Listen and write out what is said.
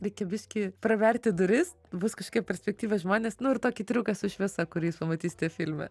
reikia biškį praverti duris bus kažkaip perspektyva žmonės nu ir tokį triuką su šviesa kurį jūs pamatysite filme